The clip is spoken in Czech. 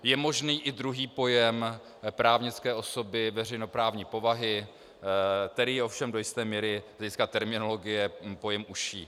Je možný i druhý pojem právnické osoby veřejnoprávní povahy, který je ovšem do jisté míry z hlediska terminologie pojem užší.